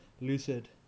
Lucid